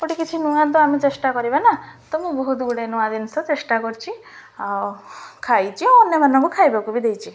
ଗୋଟେ କିଛି ନୂଆଁ ତ ଆମେ ଚେଷ୍ଟା କରିବା ନା ତ ମୁଁ ବହୁତ ଗୁଡ଼ିଏ ନୂଆ ଜିନିଷ ଚେଷ୍ଟା କରିଛି ଆଉ ଖାଇଛି ଆଉ ଅନ୍ୟମାନଙ୍କୁ ଖାଇବାକୁ ବି ଦେଇଛି